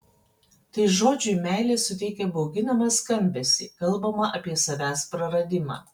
tai žodžiui meilė suteikia bauginamą skambesį kalbama apie savęs praradimą